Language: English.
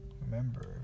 remember